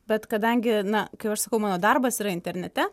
bet kadangi na kaip aš sakau mano darbas yra internete